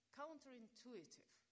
counterintuitive